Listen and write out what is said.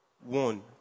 One